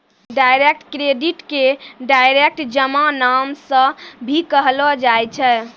direct credit के direct जमा नाम से भी कहलो जाय छै